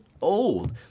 old